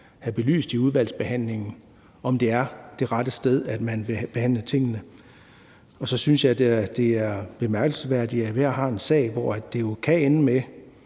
have belyst i udvalgsbehandlingen, altså om det er det rette sted, man vil behandle tingene. Og så synes jeg, at det er bemærkelsesværdigt, at vi her har en sag, hvor det jo kan ende med,